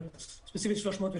אבל ספציפית 302,